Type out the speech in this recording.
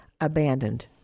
abandoned